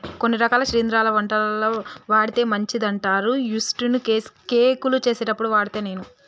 కొన్ని రకాల శిలింద్రాలు వంటలల్ల వాడితే మంచిదంటారు యిస్టు ను కేకులు చేసేప్పుడు వాడుత నేను